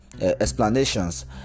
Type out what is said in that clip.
explanations